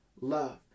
love